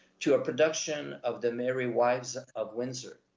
to ah production of the merry wives of windsor.